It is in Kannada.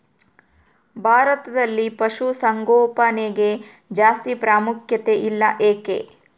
ಭಾರತದಲ್ಲಿ ಪಶುಸಾಂಗೋಪನೆಗೆ ಜಾಸ್ತಿ ಪ್ರಾಮುಖ್ಯತೆ ಇಲ್ಲ ಯಾಕೆ?